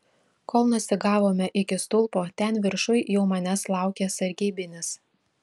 kol nusigavome iki stulpo ten viršuj jau manęs laukė sargybinis